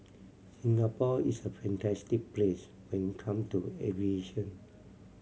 Singapore is a fantastic place when it come to aviation